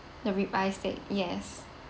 the rib eye steak yes